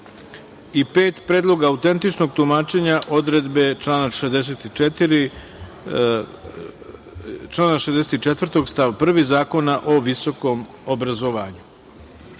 Predlog autentičnog tumačenja odredbe člana 64. stav 1. Zakona o visokom obrazovanju